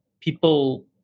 people